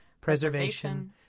preservation